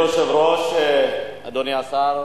אדוני היושב-ראש, אדוני השר,